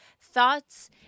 thoughts